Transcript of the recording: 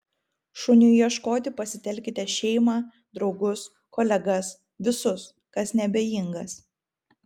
šuniui ieškoti pasitelkite šeimą draugus kolegas visus kas neabejingas